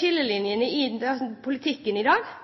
Skillelinjene i politikken i Norge i dag